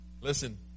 Listen